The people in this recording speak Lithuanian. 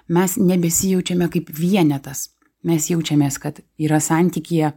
mes nebesijaučiame kaip vienetas mes jaučiamės kad yra santykyje